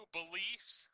beliefs